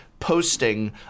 posting